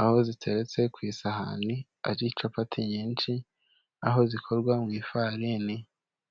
aho ziteretse ku isahani ari capati nyinshi, aho zikorwa mu ifarini.